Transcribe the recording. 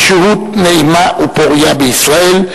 בשהות נעימה ופורייה בישראל,